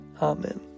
Amen